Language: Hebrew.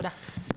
כן.